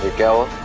go.